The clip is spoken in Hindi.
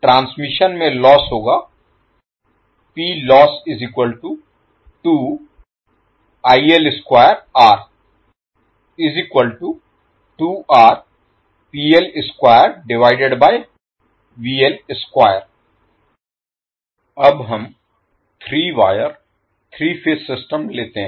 ट्रांसमिशन में लोस्स होगा अब हम 3 वायर 3 फेज सिस्टम लेते हैं